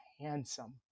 handsome